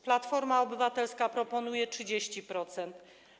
Platforma Obywatelska proponuje 30%.